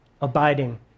Abiding